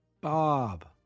Bob